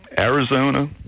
Arizona